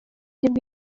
ubundi